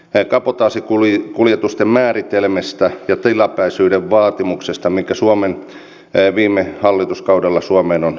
nyt ollaan luopumassa kabotaasikuljetusten määritelmästä ja tilapäisyyden vaatimuksesta mikä viime hallituskaudella suomeen on säädetty